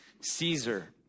Caesar